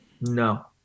No